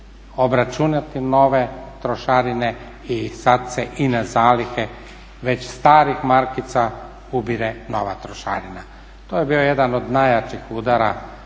obračunati nove trošarine i sad se i na zalihe već starih markica ubire nova trošarina. To je bio jedan od najjačih udara